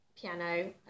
piano